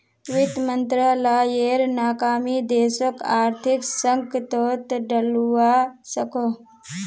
वित मंत्रालायेर नाकामी देशोक आर्थिक संकतोत डलवा सकोह